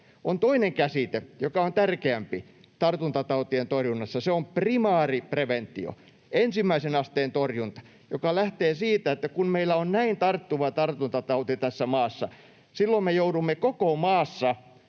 On toinen käsite, joka on tärkeämpi tartuntatautien torjunnassa, se on primaaripreventio, ensimmäisen asteen torjunta, joka lähtee siitä, että kun meillä on näin tarttuva tartuntatauti tässä maassa, silloin me joudumme koko maassa